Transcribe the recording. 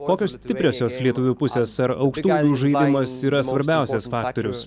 kokios stipriosios lietuvių pusės ar aukštųjų žaidimas yra svarbiausias faktorius